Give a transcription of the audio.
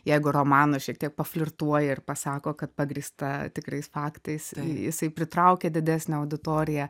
jeigu romaną šiek tiek paflirtuoja ir pasako kad pagrįsta tikrais faktais jisai pritraukia didesnę auditoriją